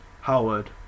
Howard